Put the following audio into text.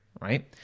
right